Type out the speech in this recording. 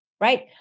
Right